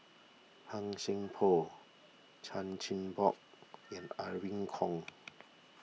Han Sai Por Chan Chin Bock and Irene Khong